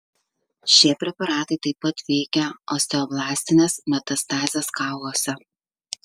šie preparatai taip pat veikia osteoblastines metastazes kauluose